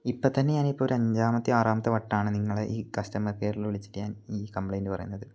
ഇപ്പത്തന്നെ ഞാനിപ്പോൾ ഒരു അഞ്ചാമത്തെയോ ആറാമത്തെയോ വട്ടമാണ് നിങ്ങളെ ഈ കസ്റ്റമർ കെയറിൽ വിളിച്ചിട്ട് ഞാൻ ഈ കംപ്ലൈൻറ്റ് പറയുന്നത്